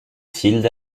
field